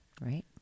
right